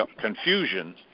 confusion